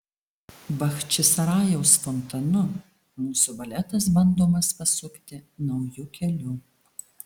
bachčisarajaus fontanu mūsų baletas bandomas pasukti nauju keliu